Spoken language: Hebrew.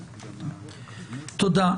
תודה.